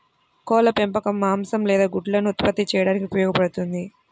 కోళ్ల పెంపకం మాంసం లేదా గుడ్లను ఉత్పత్తి చేయడానికి ఉపయోగపడుతుంది